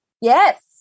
Yes